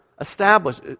established